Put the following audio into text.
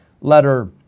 Letter